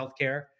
healthcare